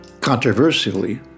controversially